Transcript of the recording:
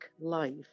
life